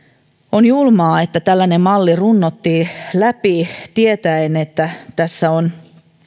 on julmaa että tällainen malli runnottiin läpi tietäen että tässä on